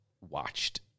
watched